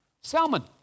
Salmon